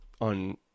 on